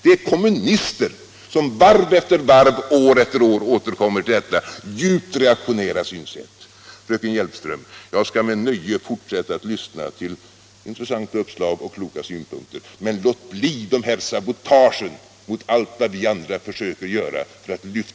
Det är kommunister som varv efter varv, år efter år, återkommer till detta djupt reaktionära synsätt.